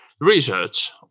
research